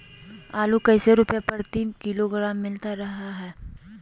आलू कैसे रुपए प्रति किलोग्राम मिलता रहा है?